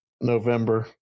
November